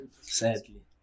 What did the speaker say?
Sadly